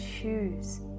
choose